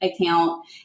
account